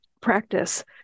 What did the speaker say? practice